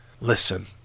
Listen